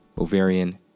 ovarian